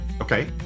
Okay